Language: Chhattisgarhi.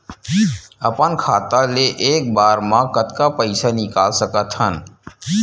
अपन खाता ले एक बार मा कतका पईसा निकाल सकत हन?